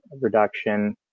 reduction